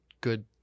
good